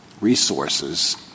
resources